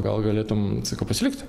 gal galėtum pasilikt